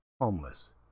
homeless